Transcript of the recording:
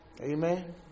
Amen